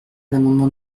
l’amendement